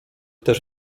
też